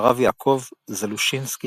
הרב יעקב זלושינסקי,